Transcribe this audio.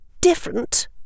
different